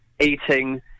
eating